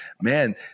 man